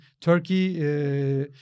Turkey